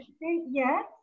yes